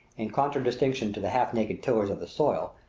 in contradistinction to the half-naked tillers of the soil,